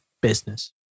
business